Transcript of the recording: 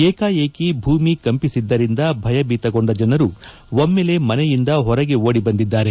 ಏಕಾಏಕಿ ಭೂಮಿ ಕಂಪಿಸಿದ್ದರಿಂದ ಭಯಭೀತಗೊಂಡ ಜನರು ಒಮ್ನೆಲೇ ಮನೆಯಿಂದ ಹೊರಗೆ ಓಡಿ ಬಂದಿದ್ದಾರೆ